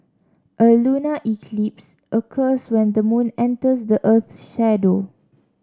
a lunar eclipse occurs when the moon enters the earth's shadow